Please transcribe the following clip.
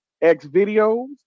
X-Videos